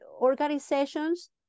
organizations